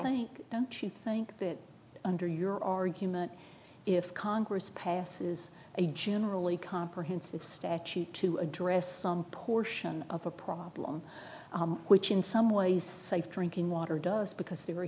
think don't you think that under your argument if congress passes a generally comprehensive statute to address some portion of a problem which in some ways like drinking water does because there